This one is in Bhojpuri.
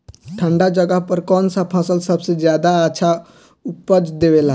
ठंढा जगह पर कौन सा फसल सबसे ज्यादा अच्छा उपज देवेला?